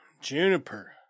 Juniper